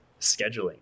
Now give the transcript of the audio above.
scheduling